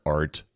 art